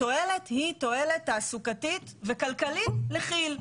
התועלת היא תועלת תעסוקתית וכלכלית לכיל,